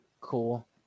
cool